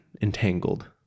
entangled